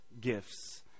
gifts